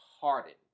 hardened